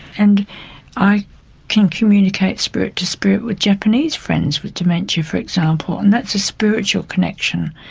and i can communicate spirit to spirit with japanese friends with dementia, for example, and that's a spiritual connection,